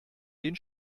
den